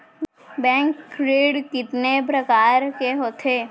Bank ऋण कितने परकार के होथे ए?